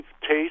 taste